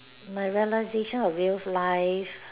my realisation of real life